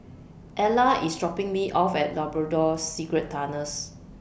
Ellar IS dropping Me off At Labrador Secret Tunnels